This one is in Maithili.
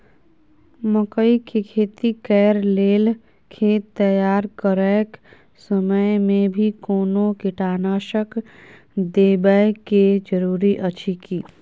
मकई के खेती कैर लेल खेत तैयार करैक समय मे भी कोनो कीटनासक देबै के जरूरी अछि की?